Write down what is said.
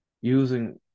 using